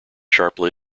sharply